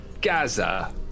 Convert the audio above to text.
Gaza